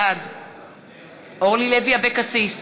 בעד אורלי לוי אבקסיס,